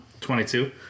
22